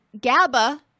GABA